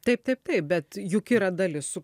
taip taip taip bet juk yra dalis su